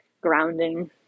grounding